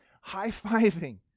high-fiving